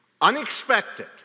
unexpected